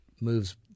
moves